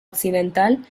occidental